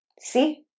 See